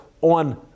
on